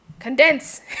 condense